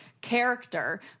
character